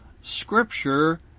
scripture